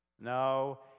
No